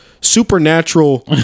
Supernatural